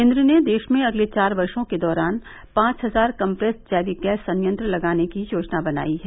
केन्द्र ने देश में अगले चार वर्षो के दौरान पांच हजार कम्प्रेस्ड जैविक गैस संयंत्र लगाने की योजना बनाई है